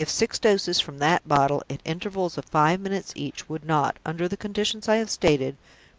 if six doses from that bottle, at intervals of five minutes each, would not, under the conditions i have stated,